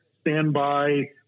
standby